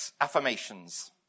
affirmations